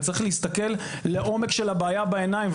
וצריך להסתכל לעומק של הבעיה בעיניים.